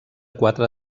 quatre